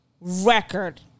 record